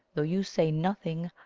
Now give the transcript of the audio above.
though you say nothing.